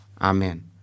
Amen